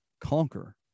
conquer